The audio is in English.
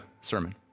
sermon